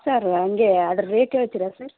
sir ಹಂಗೇ ಅದ್ರ rate ಹೇಳ್ತೀರಾ ಸರ್